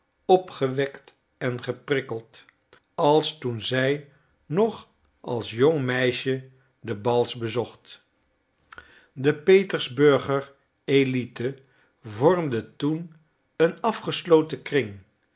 opgewekt en geprikkeld als toen zij nog als jong meisje de bals bezocht de petersburger élite vormde toen een afgesloten kring